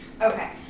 Okay